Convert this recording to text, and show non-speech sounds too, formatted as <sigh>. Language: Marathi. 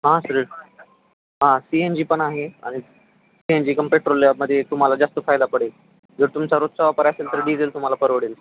हां सर हां सी एन जी पण आहे आणि सी एन जी <unintelligible> मध्ये तुम्हाला जास्त फायदा पडेल जर तुमचा रोजचा वापर असेल तर डिझेल तुम्हाला परवडेल